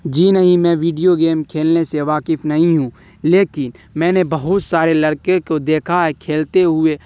جی نہیں میں video game کھیلنے سے واقف نہیں ہوں لیکن میں نے بہت سارے لڑکے کو دیکھا ہے کھیلتے ہوئے